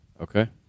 Okay